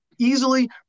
easily